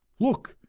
look,